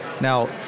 Now